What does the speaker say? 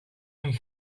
een